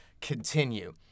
continue